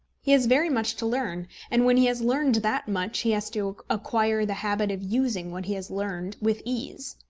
he has very much to learn and, when he has learned that much, he has to acquire the habit of using what he has learned with ease.